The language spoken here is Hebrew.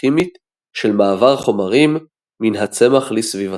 וכימית של מעבר חומרים מן הצמח לסביבתו.